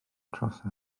trosedd